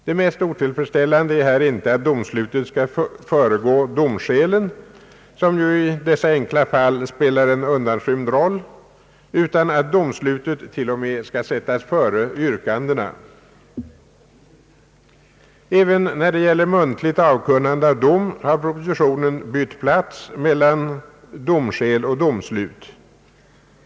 Det mest otillfredsställande är här inte att domslutet skall föregå domskälen, som ju i dessa enkla fall spelar en undanskymd roll, utan att domslutet till och med skall sättas före yrkandena. Även när det gäller muntligt avkunnande av dom har propositionen bytt plats mellan domskäl och domslut.